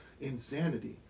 insanity